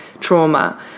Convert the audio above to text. trauma